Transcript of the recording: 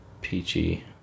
peachy